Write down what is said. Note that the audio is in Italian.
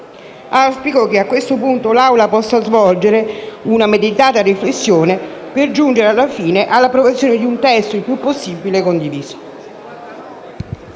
Auspico che su questo punto l'Assemblea possa svolgere una meditata riflessione per giungere, alla fine, all'approvazione di un testo il più possibile condiviso.